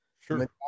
Sure